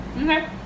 Okay